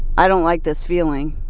i don't like this feeling.